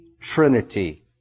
Trinity